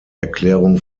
erklärung